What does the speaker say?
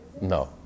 no